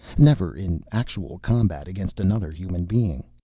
never in actual combat against another human being.